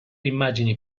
immagini